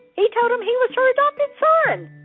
he told them he was her adopted son!